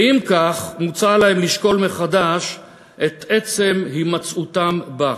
ואם כך, מוצע להם לשקול מחדש את עצם הימצאותם בה.